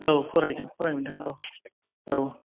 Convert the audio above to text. औ फरायदों फरायनो मोनदों औ औ